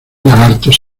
lagartos